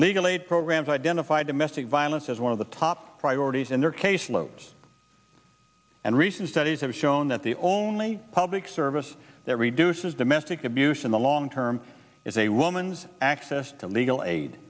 legal aid programs identify domestic violence as one of the top priorities in their caseload and recent studies have shown that the only public service that reduces domestic abuse in the long term is a woman's access to legal aid